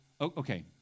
okay